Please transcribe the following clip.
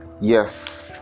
Yes